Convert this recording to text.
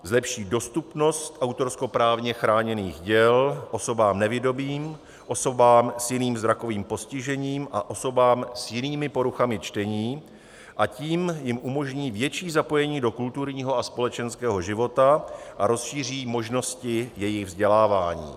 Zlepší dostupnost autorskoprávně chráněných děl osobám nevidomým, osobám s jiným zrakovým postižením a osobám s jinými poruchami čtení, a tím jim umožní větší zapojení do kulturního a společenského života a rozšíří možnosti jejich vzdělávání.